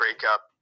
breakup